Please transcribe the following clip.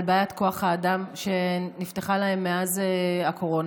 בעיית כוח האדם שהתפתחה להם מאז הקורונה,